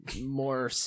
More